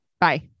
Bye